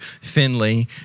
Finley